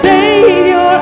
Savior